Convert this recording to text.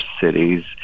cities